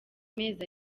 amezi